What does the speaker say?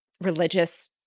Religious